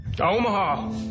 Omaha